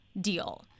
deal